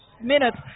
minutes